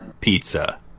pizza